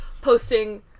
posting